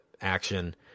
action